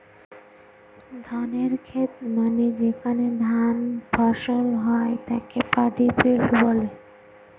ধানের খেত মানে যেখানে ধান ফসল হয় তাকে পাডি ফিল্ড বলে